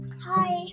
hi